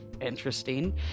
interesting